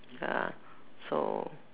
ya lah so